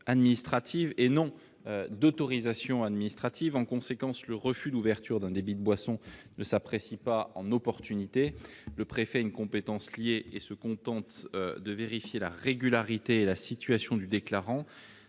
administrative et non d'autorisations administratives, en conséquence, le refus d'ouverture d'un débit de boissons ne s'apprécient pas en opportunité, le préfet une compétence liée et se contente de vérifier la régularité et la situation du déclarant